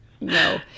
No